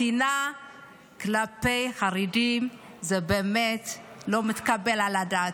השנאה כלפי חרדים זה באמת לא מתקבל על הדעת.